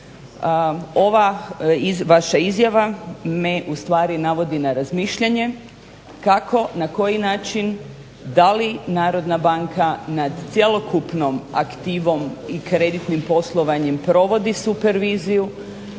ova vaša izjava me ustvari navodi na razmišljanje kako, na koji način, da li Narodna banka nad cjelokupnom aktivom i kreditnim poslovanjem provodi superviziju